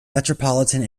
metropolitan